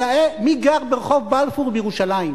אלא מי גר ברחוב בלפור בירושלים.